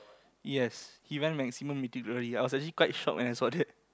yes he went maximum Mythic-Glory I was actually quite shock when I saw that